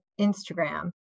Instagram